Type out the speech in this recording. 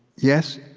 yes,